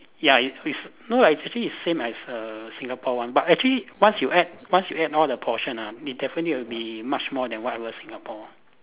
ya is is no lah it's actually the same as err Singapore one but actually once you add once you add all the portion ah it definitely will be much more than whatever Singapore